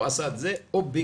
הוא עשה את זה ובגדול.